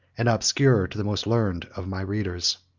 and obscure to the most learned, of my readers.